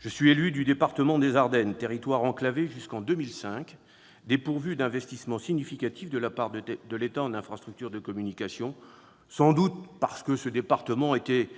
Je suis un élu des Ardennes, territoire enclavé jusqu'en 2005, dépourvu d'investissements significatifs de la part de l'État en infrastructures de communication, sans doute parce que ce département était